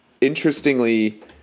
interestingly